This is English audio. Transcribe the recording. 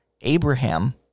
Abraham